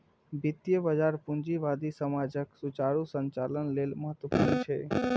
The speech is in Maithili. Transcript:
वित्तीय बाजार पूंजीवादी समाजक सुचारू संचालन लेल महत्वपूर्ण छै